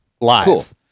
live